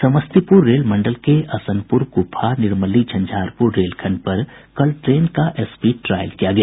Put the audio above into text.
Samastipur rail मंडल के असनपुरा कुपहा निर्मली झंझारपुर रेलखंड पर कल ट्रेन का स्पीड ट्रायल किया गया